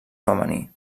femení